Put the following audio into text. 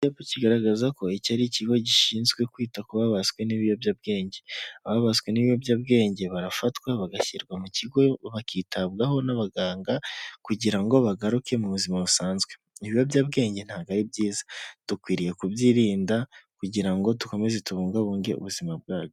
Kigaragaza ko iki ari ikigo gishinzwe kwita kuba babaswe n'ibiyobyabwenge. Ababaswe n'ibiyobyabwenge barafatwa bagashyirwa mu kigo bakitabwaho n'abaganga kugira ngo bagaruke mu buzima busanzwe ibiyobyabwenge ntabwo ari byiza dukwiriye kubyirinda kugira ngo dukomeze kubungabunge ubuzima bwacu.